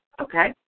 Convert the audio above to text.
okay